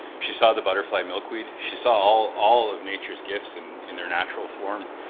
she saw the butterfly milkweed, she saw all of nature's gifts and in their natural form,